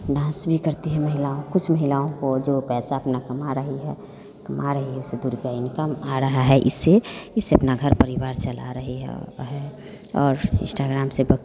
dance भी करती है महिलाओं कुछ महिलाओं को जो पैसा अपना कमा रही है कमा रही है उसे दो रुपया इन्कम आ रहा है इससे इससे अपना घर परिवार चला रही है और वो और इस्टाग्राम से बहुत